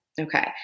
Okay